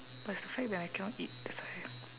but it's the fact that I cannot eat that's why